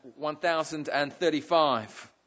1035